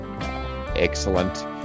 Excellent